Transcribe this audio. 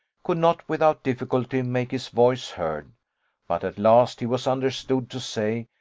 could not without difficulty make his voice heard but at last he was understood to say,